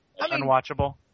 Unwatchable